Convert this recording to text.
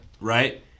right